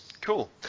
Cool